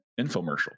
infomercial